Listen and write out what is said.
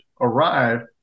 arrive